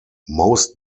most